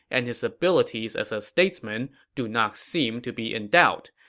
and his abilities as a statesman do not seem to be in doubt.